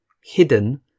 hidden